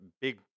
big